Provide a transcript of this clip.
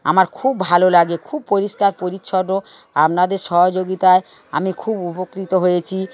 আমার খুব ভালো লাগে খুব পরিষ্কার পরিচ্ছন্ন আপনাদের সহযোগিতায় আমি খুব উপকৃত হয়েছি